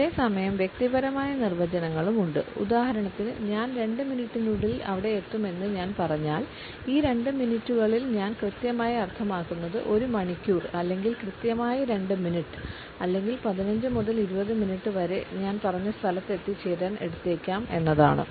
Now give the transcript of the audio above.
അതേസമയം വ്യക്തിപരമായ നിർവചനങ്ങളും ഉണ്ട് ഉദാഹരണത്തിന് ഞാൻ 2 മിനിറ്റിനുള്ളിൽ അവിടെയെത്തുമെന്ന് ഞാൻ പറഞ്ഞാൽ ഈ 2 മിനിറ്റുകളിൽ ഞാൻ കൃത്യമായി അർത്ഥമാക്കുന്നത് 1 മണിക്കൂർ അല്ലെങ്കിൽ കൃത്യമായി 2 മിനിറ്റ് അല്ലെങ്കിൽ 15 മുതൽ 20 മിനിറ്റ് വരെ ഞാൻ പറഞ്ഞ സ്ഥലത്ത് എത്തിച്ചേരാൻ എടുത്തേക്കാം എന്നതാണു